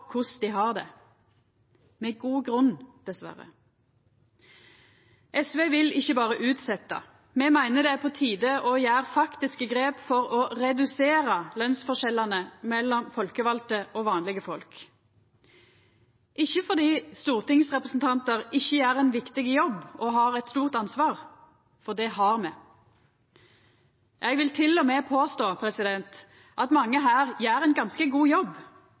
korleis dei har det – med god grunn, dessverre. SV vil ikkje berre utsetja. Me meiner det er på tide å gjera faktiske grep for å redusera lønsforskjellane mellom folkevalde og vanlege folk – ikkje fordi stortingsrepresentantar ikkje gjer ein viktig jobb og har eit stort ansvar, for det har me. Eg vil til og med påstå at mange her gjer ein ganske god jobb